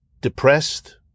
depressed